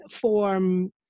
form